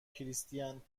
کریستین